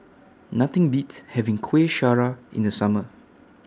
Nothing Beats having Kuih Syara in The Summer